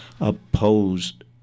opposed